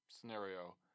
scenario